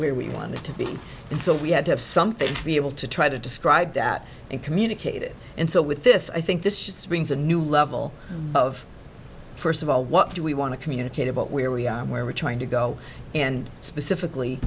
where we wanted to be and so we had to have something to be able to try to describe that and communicate it and so with this i think this just brings a new level of first of all what do we want to communicate about where we are and where we're trying to go and specifically